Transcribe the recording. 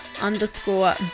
underscore